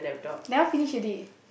that one finish already